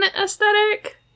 aesthetic